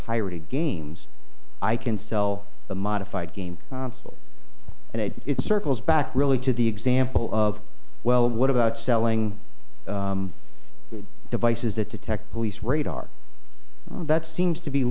pirated games i can sell the modified game and it circles back really to the example of well what about selling devices that detect police radar that seems to be